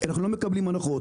אנחנו לא מקבלים הנחות,